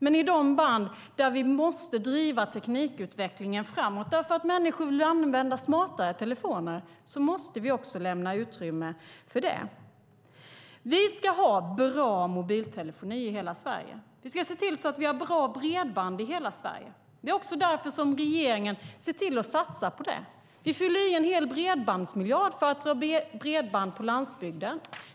Men i de band där vi måste driva teknikutvecklingen framåt därför att människor vill använda smartare telefoner måste vi också lämna utrymme för det. Vi ska ha bra mobiltelefoni i hela Sverige. Vi ska se till att vi har bra bredband i hela Sverige. Det är också därför som regeringen ser till att satsa på det. Vi fyller på med en hel bredbandsmiljard för att dra bredband på landsbygden.